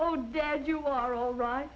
oh dad you are all right